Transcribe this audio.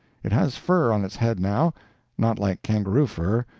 it has fur on its head now not like kangaroo fur,